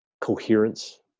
coherence